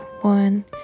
one